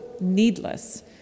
needless